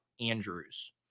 Andrews